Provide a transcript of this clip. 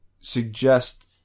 suggest